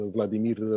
Vladimir